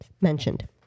mentioned